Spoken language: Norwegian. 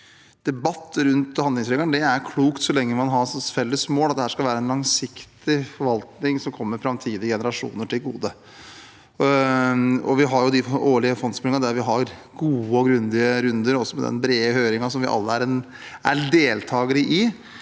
debatt om handlingsregelen er klokt så lenge man har som felles mål at det skal være en langsiktig forvaltning som kommer framtidige generasjoner til gode. Vi har de årlige fondsmeldingene der vi har gode og grundige runder, også med den brede høringen som vi alle er deltakere i.